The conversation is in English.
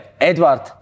Edward